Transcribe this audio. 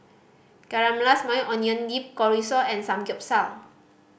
Caramelized Maui Onion Dip Chorizo and Samgeyopsal